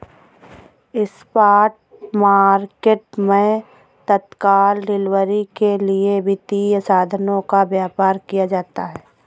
spot market मैं तत्काल delivery के लिए वित्तीय साधनों का व्यापार किया जाता है